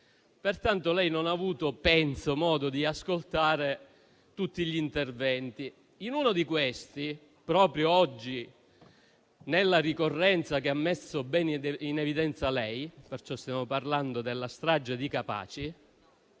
pertanto lei non abbia avuto modo di ascoltare tutti gli interventi. In uno di questi, proprio oggi nella ricorrenza che ha messo bene in evidenza lei, la strage di Capaci,